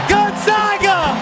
Gonzaga